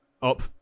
Up